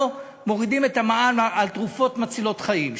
מורידים את המע"מ על תרופות מצילות חיים,